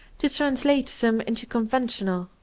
to translate them into conventional,